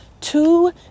two